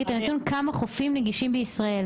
את הנתון כמה חופים נגישים יש בישראל.